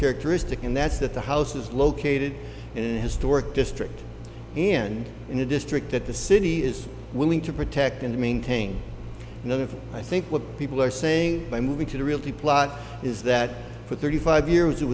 characteristic and that's that the house is located in historic district and in a district that the city is willing to protect and maintain another i think what people are saying by moving to the realty plot is that for thirty five years it